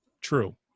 true